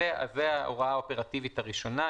זאת ההוראה האופרטיבית הראשונה,